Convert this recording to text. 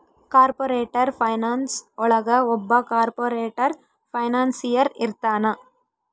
corporate finance ಒಳಗ ಒಬ್ಬ corporate financier ಇರ್ತಾನ